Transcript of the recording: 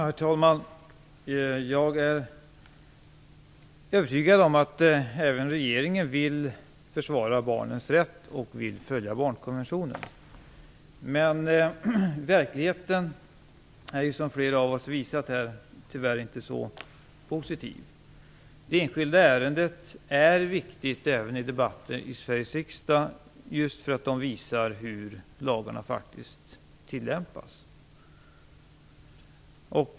Herr talman! Jag är övertygad om att även regeringen vill försvara barnens rätt och följa barnkonventionen. Men verkligheten är ju, som flera av oss visat här, tyvärr inte så positiv. Det enskilda ärendet är viktigt även i debatter i Sveriges riksdag, just för att de visar hur lagarna faktiskt tillämpas.